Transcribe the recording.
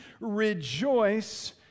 rejoice